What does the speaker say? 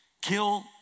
kill